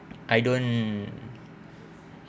I don't